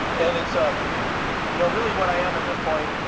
and it's um you know really what i am at this point,